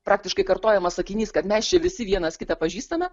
praktiškai kartojamas sakinys kad mes čia visi vienas kitą pažįstame